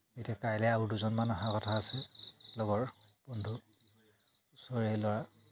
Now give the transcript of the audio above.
এতিয়া কাইলৈ আৰু দুজনমান অহা কথা আছে লগৰ বন্ধু ওচৰৰে ল'ৰা